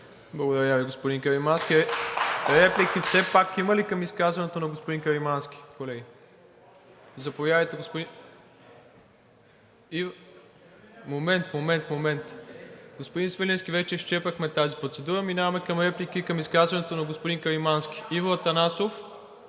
Благодаря Ви, господин Каримански. Реплики все пак има ли към изказването на господин Каримански, колеги? (Народният представител Георги Свиленски иска думата.) Господин Свиленски, вече изчерпахме тази процедура. Минаваме към реплики към изказването на господин Каримански. Иво Атанасов